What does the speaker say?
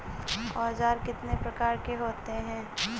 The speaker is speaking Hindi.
औज़ार कितने प्रकार के होते हैं?